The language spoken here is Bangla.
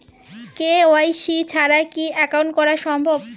কে.ওয়াই.সি ছাড়া কি একাউন্ট করা সম্ভব?